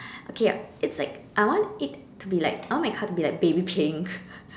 okay it's like I want it to be like I want my car to be like baby pink